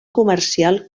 comercial